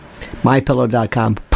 MyPillow.com